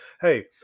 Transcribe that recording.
hey